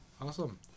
Awesome